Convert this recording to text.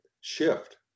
shift